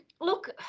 Look